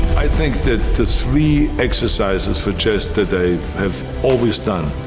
i think that the three exercises for chest today i have always done.